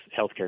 healthcare